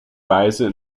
weise